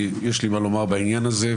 יש לי מה לומר בעניין הזה,